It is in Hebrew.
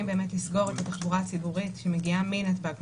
באמת לסגור את התחבורה הציבורית שמגיעה מנתב"ג,